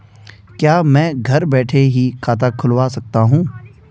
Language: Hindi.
क्या मैं घर बैठे ही खाता खुलवा सकता हूँ?